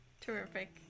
Terrific